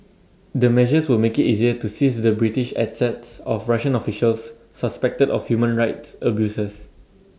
the measures would make IT easier to seize the British assets of Russian officials suspected of human rights abuses